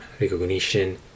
recognition